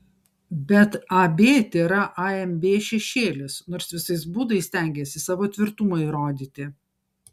bet ab tėra amb šešėlis nors visais būdais stengiasi savo tvirtumą įrodyti